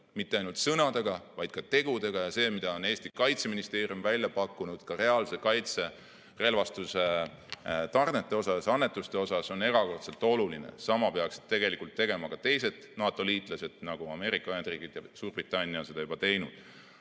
mitte ainult sõnadega, vaid ka tegudega. See, mida on Eesti Kaitseministeerium välja pakkunud, ka reaalse kaitserelvastuse tarned, annetused, on erakordselt oluline. Sama peaks tegelikult tegema ka teised NATO-liitlased, nagu Ameerika Ühendriigid ja Suurbritannia on seda juba teinud.